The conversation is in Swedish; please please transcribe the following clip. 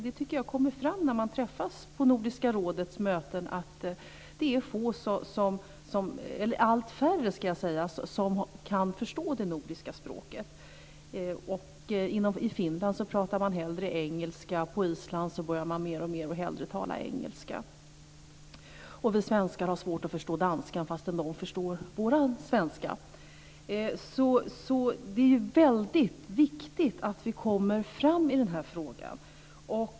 Det kommer fram vid Nordiska rådets möten att det är allt färre som förstår det nordiska språket. I Finland pratar man hellre engelska, och på Island talar man hellre engelska. Vi svenskar har svårt att förstå danska trots att de förstår vår svenska. Det är viktigt att vi kommer fram i frågan.